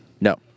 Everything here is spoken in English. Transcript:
No